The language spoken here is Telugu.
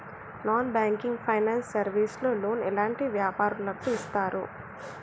నాన్ బ్యాంకింగ్ ఫైనాన్స్ సర్వీస్ లో లోన్ ఎలాంటి వ్యాపారులకు ఇస్తరు?